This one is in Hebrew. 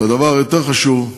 ודבר יותר חשוב,